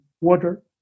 water